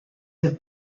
have